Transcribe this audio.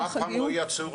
הם אף פעם לא יצאו,